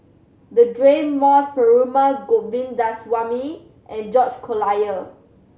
Deirdre Moss Perumal Govindaswamy and George Collyer